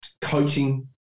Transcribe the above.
coaching